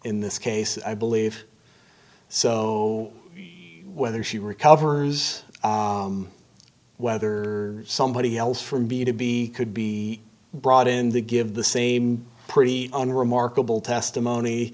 in this case i believe so whether she recovers whether somebody else from b to b could be brought in the give the same pretty unremarkable testimony